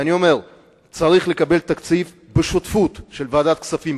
אני אומר שצריך לקבל תקציב בשותפות עם ועדת הכספים,